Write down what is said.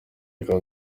bikaba